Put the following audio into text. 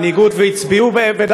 תגיד שנתניהו הצביע בעד ההתנתקות.